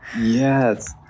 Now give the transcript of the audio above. Yes